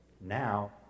Now